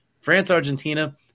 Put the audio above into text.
France-Argentina